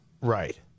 Right